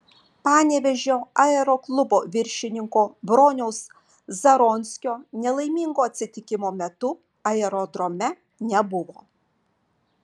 panevėžio aeroklubo viršininko broniaus zaronskio nelaimingo atsitikimo metu aerodrome nebuvo